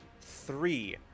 three